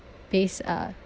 based uh